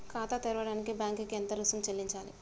ఖాతా తెరవడానికి బ్యాంక్ కి ఎంత రుసుము చెల్లించాలి?